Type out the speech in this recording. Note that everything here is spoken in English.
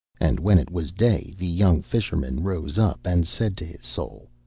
and when it was day the young fisherman rose up and said to his soul,